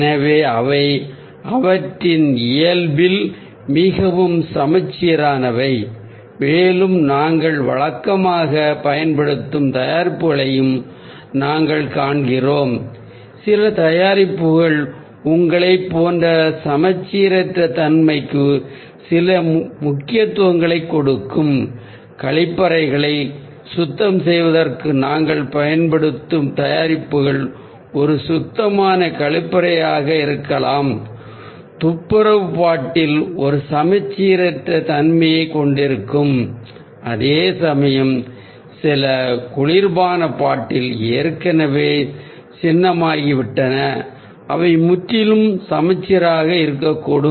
எனவே அவை அவற்றின் இயல்பில் மிகவும் சமச்சீரானவை மேலும் நாங்கள் வழக்கமாக பயன்படுத்தும் தயாரிப்புகளையும் நாங்கள் காண்கிறோம் சில தயாரிப்புகள் சமச்சீரற்ற தன்மைக்கு சில முக்கியத்துவங்களைக் கொடுக்கும் கழிப்பறைகளை சுத்தம் செய்வதற்கு நாங்கள் பயன்படுத்தும் தயாரிப்புகள் உதாரணத்திற்கு துப்புரவு பாட்டில் ஒரு சமச்சீரற்ற தன்மையைக் கொண்டிருக்கும் அதேசமயம் சில குளிர்பான பாட்டில் ஏற்கனவே சின்னமாகிவிட்டன அவை முற்றிலும் சமச்சீராக இருக்கக்கூடும்